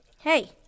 Hey